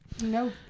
no